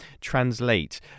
translate